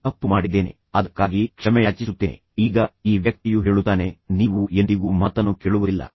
ಈ ತಪ್ಪು ಮಾಡಿದ್ದೇನೆ ನಾನು ಅದಕ್ಕಾಗಿ ಕ್ಷಮೆಯಾಚಿಸುತ್ತೇನೆ ಈಗ ಈ ವ್ಯಕ್ತಿಯು ಹೇಳುತ್ತಾನೆಃ ನೀವು ಎಂದಿಗೂ ಮಾತನ್ನು ಕೇಳುವುದಿಲ್ಲ